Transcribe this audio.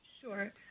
Sure